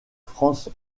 franz